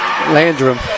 Landrum